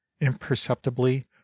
imperceptibly